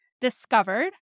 discovered